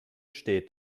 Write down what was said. steht